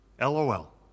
LOL